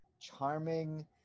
charming